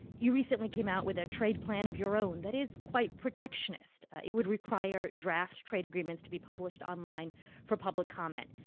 you recently came out with a trade plan of your own that is quite protectionist. it would require draft trade agreements to be published online for public comment,